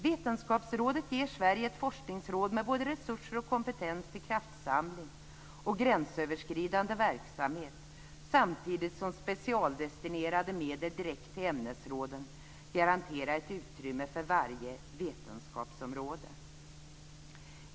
Vetenskapsrådet ger Sverige ett forskningsråd med både resurser och kompetens till kraftsamling och gränsöverskridande verksamhet, samtidigt som specialdestinerade medel direkt till ämnesråden garanterar ett utrymme för varje vetenskapsområde.